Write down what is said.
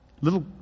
little